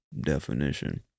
definition